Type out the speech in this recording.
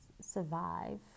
survive